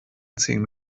ziehen